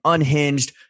Unhinged